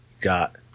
Got